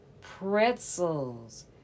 Pretzels